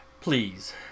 please